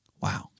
Wow